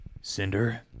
Cinder